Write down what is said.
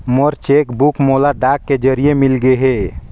मोर cheque book मोला डाक के जरिए मिलगे हे